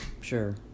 Sure